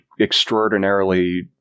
extraordinarily